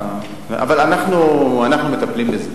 אבל אנחנו מטפלים בזה.